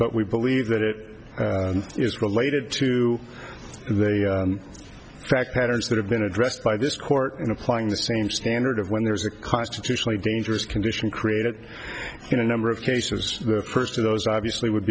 but we believe that it is related to the crack patterns that have been addressed by this court in applying the same standard of when there is a constitutionally dangerous condition created in a number of cases the first of those obviously would